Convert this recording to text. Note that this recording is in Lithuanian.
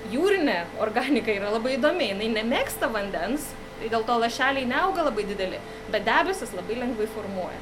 jūrine organika yra labai įdomi jinai nemėgsta vandens tai dėl to lašeliai neauga labai dideli bet debesis labai lengvai formuoja